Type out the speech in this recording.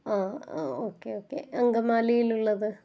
okay okay അങ്കമാലിയിൽ ഉള്ളത്